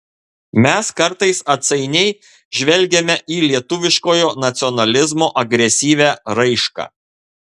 mes kartais atsainiai žvelgiame į lietuviškojo nacionalizmo agresyvią raišką